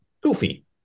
goofy